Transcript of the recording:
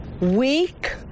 weak